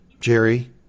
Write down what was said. Jerry